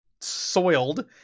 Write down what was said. soiled